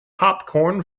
popcorn